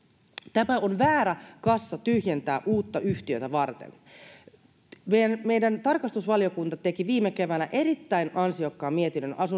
tämä on väärä kassa tyhjentää uutta yhtiötä varten meidän tarkastusvaliokunta teki viime keväänä erittäin ansiokkaan mietinnön